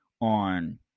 on